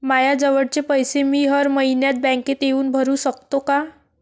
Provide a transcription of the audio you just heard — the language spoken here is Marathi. मायाजवळचे पैसे मी हर मइन्यात बँकेत येऊन भरू सकतो का?